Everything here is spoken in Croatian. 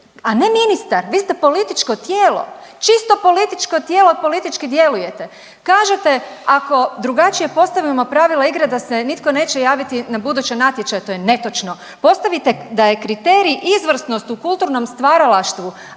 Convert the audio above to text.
a ne ministar. Vi ste političko tijelo, čisto političko tijelo i politički djelujete. Kažete ako drugačije postavimo pravila igre da se nitko neće javiti na buduće natječaje, to je netočno. Postavite da je kriterij izvrsnost u kulturnom stvaralaštvu,